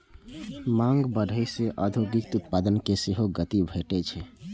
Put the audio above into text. मांग बढ़ै सं औद्योगिक उत्पादन कें सेहो गति भेटै छै